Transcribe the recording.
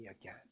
again